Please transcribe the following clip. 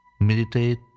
Meditate